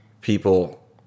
people